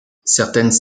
certaines